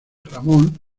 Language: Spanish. ramón